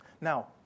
Now